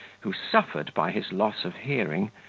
who suffered by his loss of hearing,